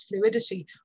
fluidity